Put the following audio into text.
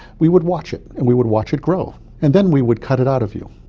we would watch it and we would watch it grow, and then we would cut it out of you.